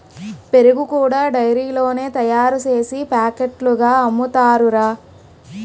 పెరుగు కూడా డైరీలోనే తయారుసేసి పాకెట్లుగా అమ్ముతారురా